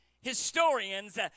historians